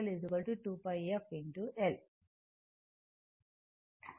కాబట్టి X L 2πf L